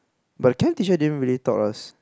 but the chem teacher didn't really taught us